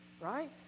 right